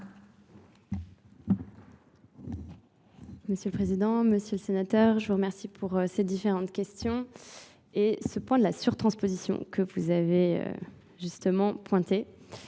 Monsieur le Président, Monsieur le Sénateur, je vous remercie pour ces différentes questions et ce point de la sur-transposition que vous avez justement pointé.